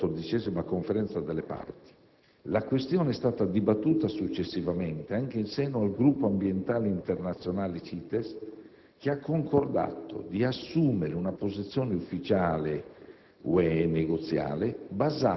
In vista della 14a Conferenza delle Parti, la questione è stata dibattuta successivamente anche in seno al Gruppo ambientale internazionale CITES che ha concordato di assumere una posizione ufficiale